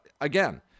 again